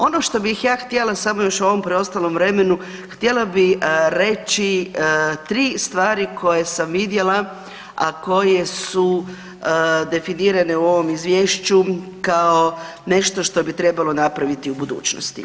Ono što bih ja htjela samo još u ovom preostalom vremenu htjela bi reći 3 stvari koje sam vidjela, a koje su definirane u ovom izvješću kao nešto što bi trebalo napraviti u budućnosti.